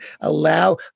allow